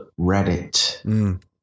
Reddit